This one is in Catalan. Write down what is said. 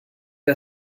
que